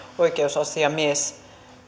oikeusasiamies